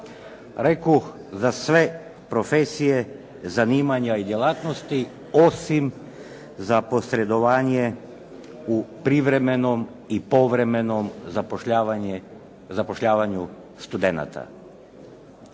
Rekoh za sve profesije, zanimanja i djelatnosti osim za posredovanje u privremenom i povremenom zapošljavanje,